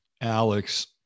Alex